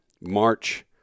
March